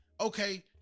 okay